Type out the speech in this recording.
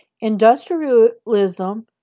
industrialism